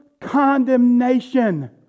condemnation